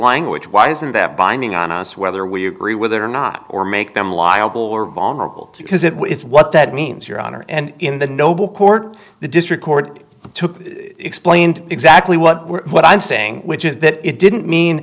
language why isn't that binding on us whether we agree with it or not or make them liable we're vulnerable because it is what that means your honor and in the noble court the district court took explained exactly what we're what i'm saying which is that it didn't mean